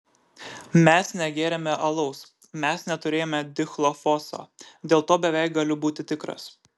mes negėrėme alaus mes neturėjome dichlofoso dėl to beveik galiu būti tikras